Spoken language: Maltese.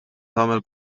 tagħmel